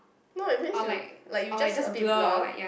no it means you like you just a bit blur